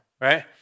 right